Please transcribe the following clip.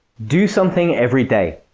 do something every day.